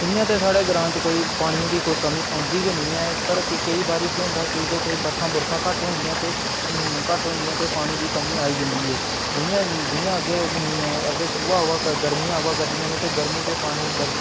इ'यां ते साढ़े ग्रांऽ च कोई पानिये दी कोई कमी औंदी गै निं ऐ पर केईं बारी केह् होंदा की जे बरखां बुरखां घट्ट होंदियां न ते घट्ट होंदियां ते पानी दी कमी आई जंदी ऐ जि'यां जि'यां अग्गें सोहा गर्मियां आवै करदियां न ते गर्मी च पानी बरखा